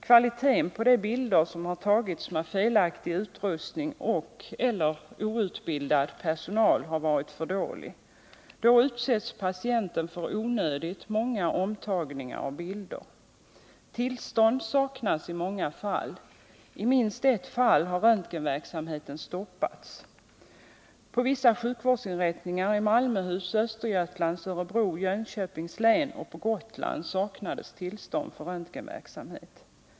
Kvaliteten på de bilder som tagits med felaktig utrustning och/eller outbildad personal har ofta varit för dålig. Då utsätts patienten för onödigt många omtagningar av bilder. Tillstånd saknas i många fall. I minst ett fall har röntgenverksamheten stoppats. På vissa sjukvårdsinrättningar i Malmöhus, Östergötlands, Örebro och Jönköpings län och på Gotland saknades tillstånd för röntgenverksamhet.